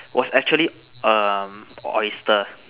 was actually um oyster